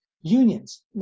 unions